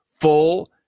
full